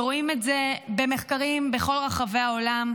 ורואים את זה במחקרים בכל רחבי העולם,